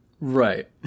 Right